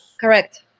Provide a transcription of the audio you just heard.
Correct